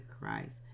Christ